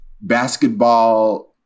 basketball